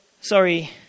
Sorry